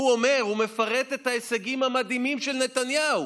הוא מפרט את ההישגים המדהימים של נתניהו,